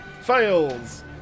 fails